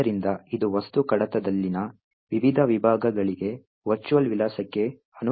ಆದ್ದರಿಂದ ಇದು ವಸ್ತು ಕಡತದಲ್ಲಿನ ವಿವಿಧ ವಿಭಾಗಗಳಿಗೆ ವರ್ಚುವಲ್ ವಿಳಾಸಕ್ಕೆ ಅನುರೂಪವಾಗಿದೆ